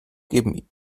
geben